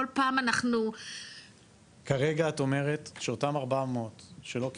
כל פעם אנחנו -- כרגע את אומרת שאותם 400 שלא קיבלו,